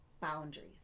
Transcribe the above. boundaries